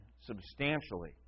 substantially